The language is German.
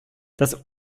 das